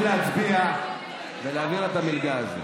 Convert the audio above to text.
בשביל להצביע ולהעביר את המלגה הזו.